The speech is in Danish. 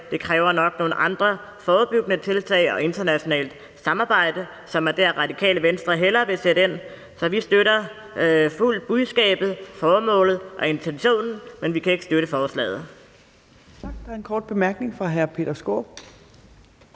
Det kræver nok nogle andre forebyggende tiltag og internationalt samarbejde, og der vil Radikale Venstre hellere sætte ind. Så vi støtter fuldt ud budskabet, formålet og intentionen, men vi kan ikke støtte forslaget.